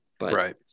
Right